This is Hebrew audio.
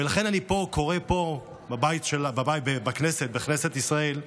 ולכן אני קורא פה, בבית שלנו, בכנסת ישראל: